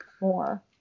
More